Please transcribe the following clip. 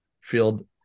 field